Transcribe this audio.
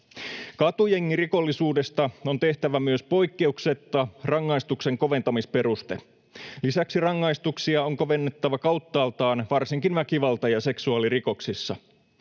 Katujengirikollisuudesta on tehtävä myös poikkeuksetta rangaistuksen koventamisperuste. Lisäksi rangaistuksia on kovennettava kauttaaltaan varsinkin väkivalta‑ ja seksuaalirikoksissa.